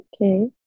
Okay